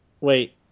Wait